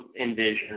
envision